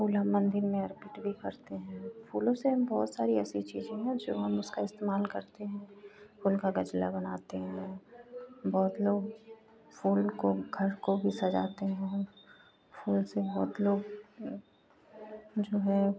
फूल हम मंदिर में अर्पित भी करते हैं फूलों से हम बहुत सारी ऐसी चीजें हैं जो हम उसका इस्तेमाल करते हैं फूल का गजला बनाते हैं बहुत लोग फूल को घर को भी सजाते हैं फूल से बहुत लोग जो है